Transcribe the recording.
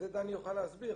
את זה דני יוכל להסביר.